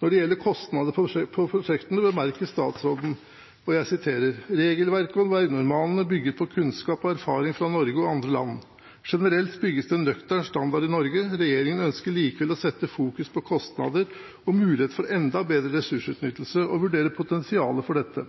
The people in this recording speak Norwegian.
Når det gjelder kostnadene på prosjektene, bemerker statsråden i departementets omtale av saken: «Regelverket og vegnormalene bygger på kunnskap og erfaringer fra Norge og andre land. Generelt bygges det nøktern standard i Norge. Regjeringen ønsker likevel å sette fokus på kostnader og muligheter for enda bedre ressursutnyttelse, og vurderer potensialet for dette.